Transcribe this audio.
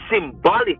symbolic